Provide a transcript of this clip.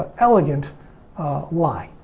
ah elegant why?